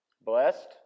Blessed